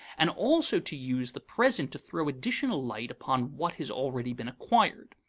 and also to use the present to throw additional light upon what has already been acquired.